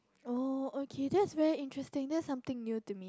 oh okay that's very interesting that's something new to me